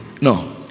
no